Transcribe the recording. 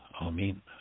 Amen